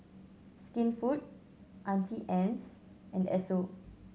Skinfood Auntie Anne's and Esso